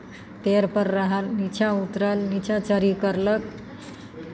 पेड़पर रहल नीचाँ उतरल नीचाँ चरी करलक